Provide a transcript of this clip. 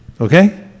Okay